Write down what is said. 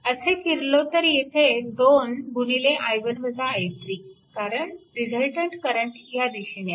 असे फिरलो तर येथे 2 कारण रिझल्टंट करंट ह्या दिशेने आहे